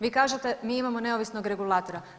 Vi kažete mi imamo neovisnog regulatora.